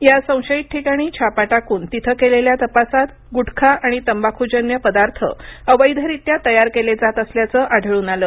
या संशयित ठिकाणी छापा टाकून तिथं केलेल्या तपासात गुटखा आणि तंबाखूजन्य पदार्थ अवैधरीत्या तयार केले जात असल्याचं आढळून आलं